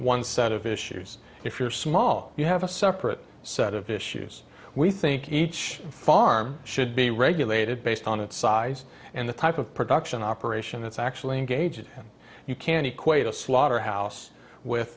one set of issues if you're small you have a separate set of issues we think each farm should be regulated based on its size and the type of production operation that's actually engaged you can equate a slaughterhouse with